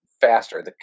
faster